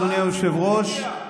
אדוני היושב-ראש,